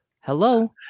Hello